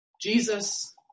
Jesus